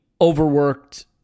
overworked